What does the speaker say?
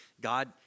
God